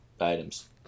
items